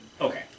Okay